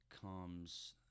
comes